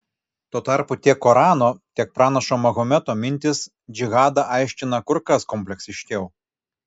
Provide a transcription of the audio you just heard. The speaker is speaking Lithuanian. tuo tarpu tiek korano tiek pranašo mahometo mintys džihadą aiškina kur kas kompleksiškiau